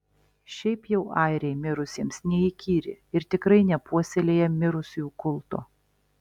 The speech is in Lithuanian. šiaip jau airiai mirusiesiems neįkyri ir tikrai nepuoselėja mirusiųjų kulto